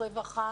רווחה